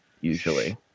usually